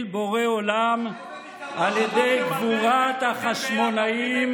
בורא עולם על ידי גבורת החשמונאים,